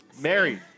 Mary